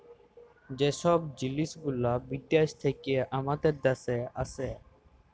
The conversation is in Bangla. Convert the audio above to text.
যে ছব জিলিস গুলা বিদ্যাস থ্যাইকে আমাদের দ্যাশে আসে